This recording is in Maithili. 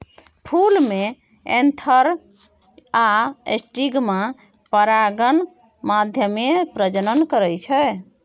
फुल मे एन्थर आ स्टिगमा परागण माध्यमे प्रजनन करय छै